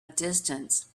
distance